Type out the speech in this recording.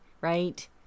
right